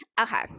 okay